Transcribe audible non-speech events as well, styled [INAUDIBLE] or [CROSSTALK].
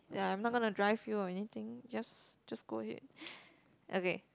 ya I'm not gonna drive you or anything just just go ahead [BREATH] okay